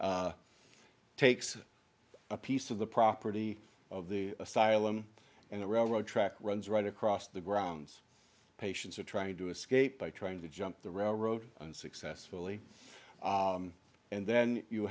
takes a piece of the property of the asylum and the railroad track runs right across the grounds patients are trying to escape by trying to jump the railroad unsuccessfully and then you